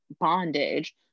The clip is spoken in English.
bondage